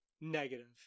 negative